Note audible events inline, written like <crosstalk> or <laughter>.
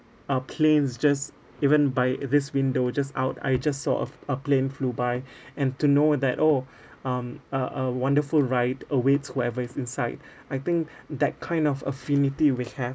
uh planes just even by uh this window just out I just saw of a plane flew by <breath> and to know that oh um a a wonderful ride awaits whoever is inside <breath> I think that kind of affinity we have